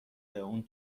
اون